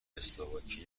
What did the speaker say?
اسلواکی